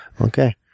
Okay